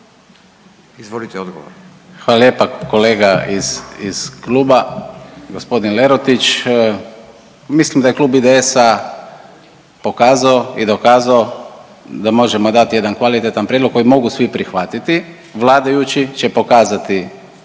Emil (IDS)** Hvala lijepa kolega iz kluba, gospodin Lerotić. Mislim da je klub IDS-a pokazao i dokazao da možemo dati jedan kvalitetan prijedlog koji mogu svi prihvatiti. Vladajući će pokazati